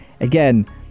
Again